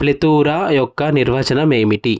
plethora యొక్క నిర్వచనం ఏమిటి